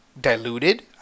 Diluted